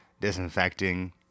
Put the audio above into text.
disinfecting